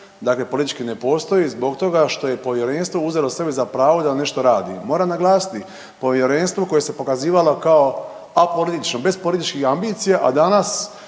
dakle politički ne postoji zbog toga što je povjerenstvo uzeli sebi za pravo da nešto radi. Moram naglasiti povjerenstvo koje se pokazivalo kao apolitično bez političkih ambicija, a danas